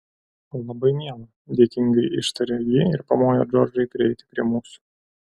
labai miela dėkingai ištarė ji ir pamojo džordžui prieiti prie mūsų